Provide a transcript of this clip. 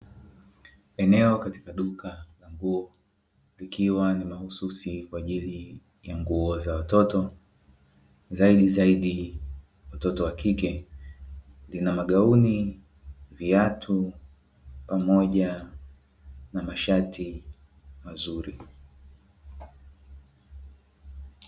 Eneo katika duka la nguo likiwa ni mahususi kwaajili ya nguo za watoto zaidi zaidi watoto wa kike lina magauni, viatu pamoja na mashati mazuri.